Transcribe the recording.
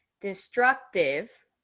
destructive